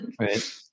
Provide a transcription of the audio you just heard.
Right